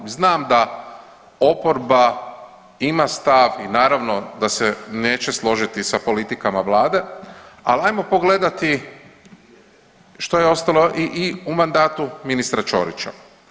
Znam da oporba ima stav i naravno da se neće složiti sa politikama vlade, ali ajmo pogledati što je ostalo i u mandatu ministra Čorića.